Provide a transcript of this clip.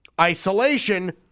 Isolation